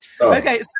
Okay